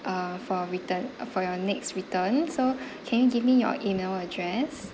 uh for return uh for your next return so can you give me your email address